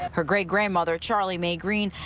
her great grandmother, charlie may green,